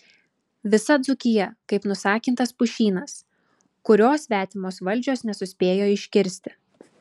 visa dzūkija kaip nusakintas pušynas kurio svetimos valdžios nesuspėjo iškirsti